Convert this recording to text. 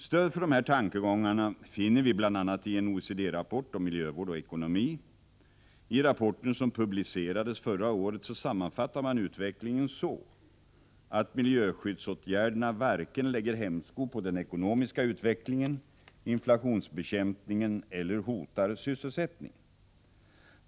Stöd för dessa tankegångar finner vi bl.a. i en OECD-rapport om miljövård och ekonomi. I rapporten, som publicerades förra året, sammanfattar man utvecklingen så att miljöskyddsåtgärderna varken lägger hämsko på den ekonomiska utvecklingen, inflationsbekämpningen eller hotar sysselsättningen.